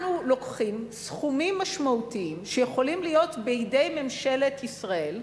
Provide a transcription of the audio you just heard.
אנחנו לוקחים סכומים משמעותיים שיכולים להיות בידי ממשלת ישראל,